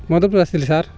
ମଧୁପୁର ଆସିଥିଲି ସାର୍